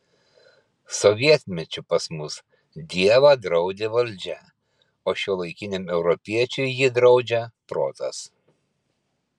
sovietmečiu pas mus dievą draudė valdžia o šiuolaikiniam europiečiui jį draudžia protas